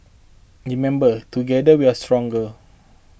remember together we are stronger